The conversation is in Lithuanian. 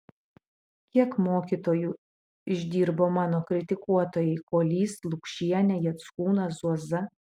kiek mokytoju išdirbo mano kritikuotojai kuolys lukšienė jackūnas zuoza